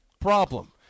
problem